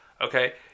Okay